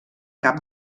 cap